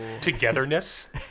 Togetherness